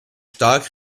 stark